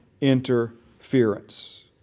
interference